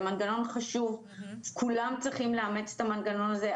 זה מנגנון חשוב וכולם צריכים לאמץ את המנגנון הזה,